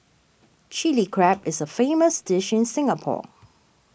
Chilli Crab is a famous dish in Singapore